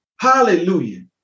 Hallelujah